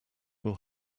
will